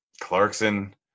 Clarkson